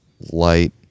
light